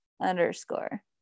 Underscore